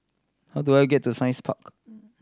how do I get to Science Park